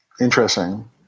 Interesting